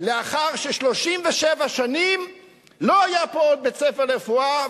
לאחר ש-37 שנים לא היה פה בית-ספר לרפואה.